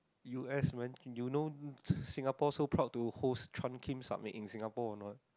u_s when you know Singapore so proud to host Trump-Kim Summit in Singapore or not